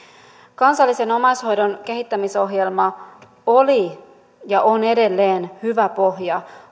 kansallisen omaishoidon kehittämisohjelma oli ja on edelleen hyvä pohja